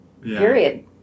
period